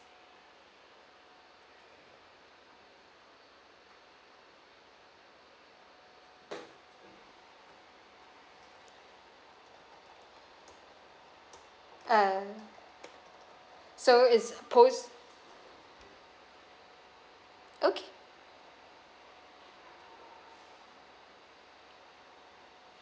uh so it's post okay